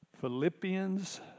Philippians